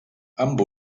amb